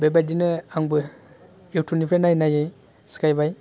बेबायदिनो आंबो इउटुबनिफ्राइ नायै नायै सिखायबाय